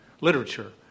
literature